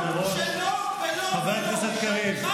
חבר הכנסת קריב,